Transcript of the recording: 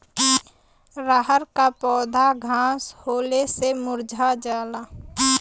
रहर क पौधा घास होले से मूरझा जाला